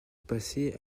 passé